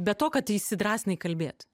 be to kad įsidrąsinai kalbėt